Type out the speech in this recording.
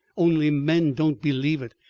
only men don't believe it!